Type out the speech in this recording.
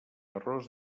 arròs